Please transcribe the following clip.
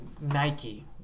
nike